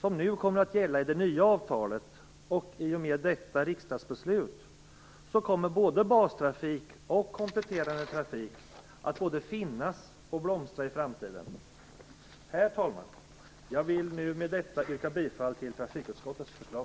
som nu kommer att gälla i det nya avtalet liksom detta riksdagsbeslut leder till att både bastrafik och kompletterande trafik kommer att finnas och blomstra i framtiden. Herr talman! Jag vill härmed yrka bifall till trafikutskottets hemställan.